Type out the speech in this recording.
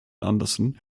andersson